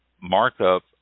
markup